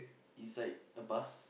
inside a bus